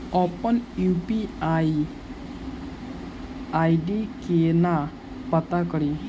अप्पन UPI ID केना पत्ता कड़ी?